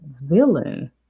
villain